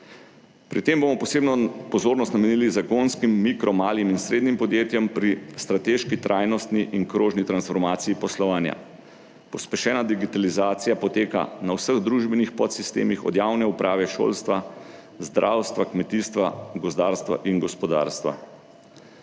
Pri tem bomo posebno pozornost namenili zagonskim mikro, malim in srednjim podjetjem. Pri strateški trajnostni in krožni transformaciji poslovanja pospešena digitalizacija poteka na vseh družbenih podsistemi, od javne uprave, šolstva, zdravstva, kmetijstva, gozdarstva in gospodarstva.